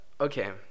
okay